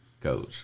coach